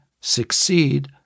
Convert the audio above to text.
succeed